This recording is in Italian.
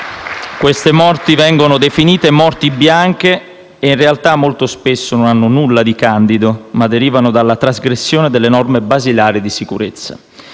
Queste morti vengono definite «morti bianche» e in realtà molto spesso non hanno nulla di candido, ma derivano dalla trasgressione delle norme basilari di sicurezza.